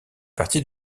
partie